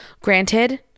granted